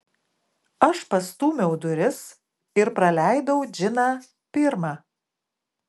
aš pastūmiau duris ir praleidau džiną pirmą